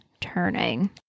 turning